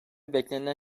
beklenilen